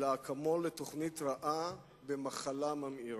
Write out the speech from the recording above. אלא אקמול לתוכנית רעה במחלה ממאירה.